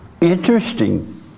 Interesting